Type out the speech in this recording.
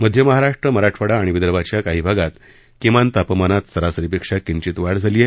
मध्य महाराष्ट्र मराठवाडा आणि विदर्भाच्या काही भागात किमान तापमानात सरासरीपेक्षा किंचित वाढ झाली आहे